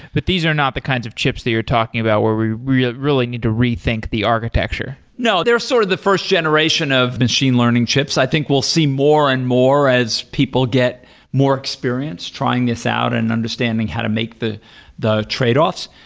but these are not the kinds of chips that you're talking about, where we really really need to rethink the architecture? no. they're sort of the first generation of machine learning chips. i think we'll see more and more as people get more experience trying this out and understanding how to make the the tradeoffs.